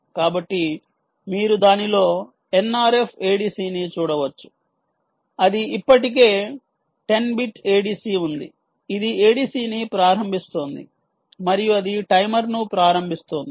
కాబట్టి మీరు దానిలో nrf ADC ని చూడవచ్చు అది ఇప్పటికే 10 బిట్ ADC ఉంది ఇది ADC ని ప్రారంభిస్తోంది మరియు అది టైమర్ను ప్రారంభిస్తుంది